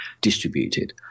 distributed